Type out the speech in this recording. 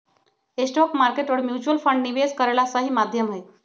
stock market और mutual fund निवेश करे ला सही माध्यम हई